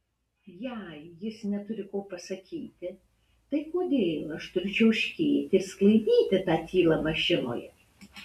jei jis neturi ko pasakyti tai kodėl aš turiu čiauškėti ir sklaidyti tą tylą mašinoje